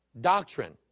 doctrine